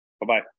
Bye-bye